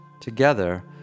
Together